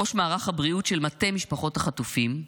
ראש מערך הבריאות של מטה משפחות החטופים,